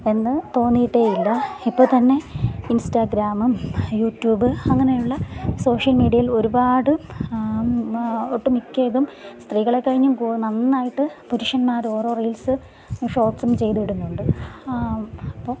എന്ന് തോന്നിട്ടേയില്ല ഇപ്പോൾ തന്നെ ഇൻസ്റ്റഗ്രാമും യൂട്യൂബ് അങ്ങനെയുള്ള സോഷ്യൽ മീഡിയയിൽ ഒരുപാട് ഒട്ടുമിക്കതും സ്ത്രീകളെ കഴിഞ്ഞ് നന്നായിട്ട് പുരുഷന്മാർ ഓരോ റീൽസ് ഷോട്സും ചെയ്തിടുന്നുണ്ട് അപ്പം